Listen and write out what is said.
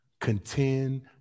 Contend